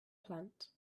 plant